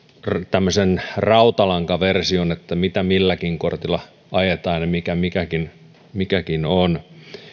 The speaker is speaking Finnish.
tämmöisen rautalankaversion siitä mitä milläkin kortilla ajetaan ja mikä mikäkin mikäkin on